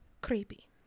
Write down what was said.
creepy